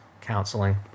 counseling